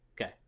Okay